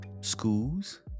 schools